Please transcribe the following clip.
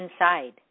inside